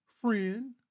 friend